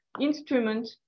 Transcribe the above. instrument